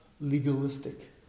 legalistic